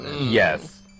yes